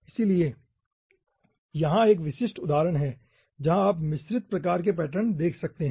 इसलिए यहाँ एक विशिष्ट उदाहरण है जहां आप मिश्रित प्रकार के पैटर्न देख सकते हैं